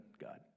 God